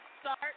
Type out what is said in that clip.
start